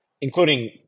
including